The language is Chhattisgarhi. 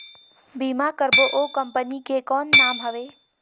बीमा करबो ओ कंपनी के कौन नाम हवे?